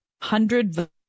hundred